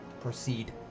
proceed